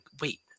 wait